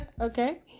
okay